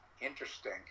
Interesting